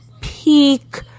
peak